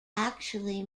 actually